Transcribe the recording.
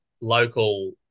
local